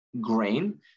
grain